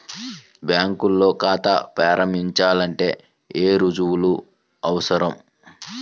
బ్యాంకులో ఖాతా ప్రారంభించాలంటే ఏ రుజువులు అవసరం?